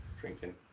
Drinking